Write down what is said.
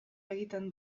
egiten